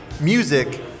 music